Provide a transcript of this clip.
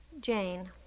Jane